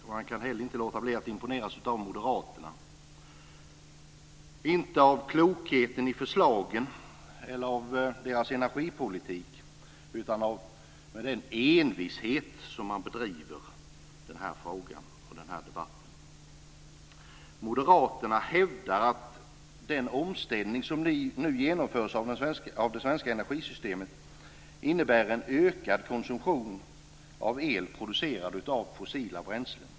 Man kan inte heller låta bli att imponeras av moderaterna, inte av klokheten i förslagen eller av deras energipolitik utan av den envishet med vilken man driver denna fråga och debatt. Moderaterna hävdar att den omställning som nu genomförs av det svenska energisystemet innebär en ökad konsumtion av el producerad av fossila bränslen.